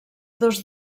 dos